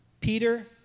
Peter